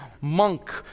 monk